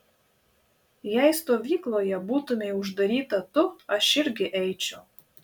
jei stovykloje būtumei uždaryta tu aš irgi eičiau